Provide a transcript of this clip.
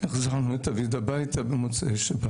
החזרנו את דוד הביתה במוצאי שבת.